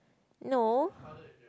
no